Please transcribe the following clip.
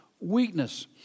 weakness